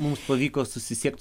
mums pavyko susisiekt